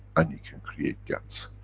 and you can create gans.